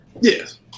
Yes